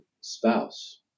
spouse